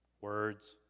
Words